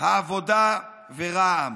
העבודה ורע"מ: